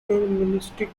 deterministic